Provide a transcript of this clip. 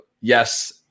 Yes